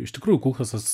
iš tikrųjų kulchasas